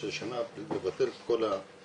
אז רק רצינו להדגיש שעוד לפני בעצם שהכביש נפתח,